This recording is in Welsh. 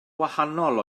wahanol